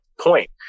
point